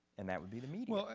and that would be the media.